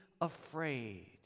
afraid